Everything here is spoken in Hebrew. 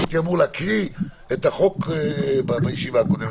אני הייתי אמור להקריא את החוק בישיבה הקודמת,